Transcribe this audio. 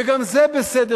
וגם זה בסדר,